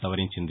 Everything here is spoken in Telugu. సవరించింది